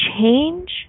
change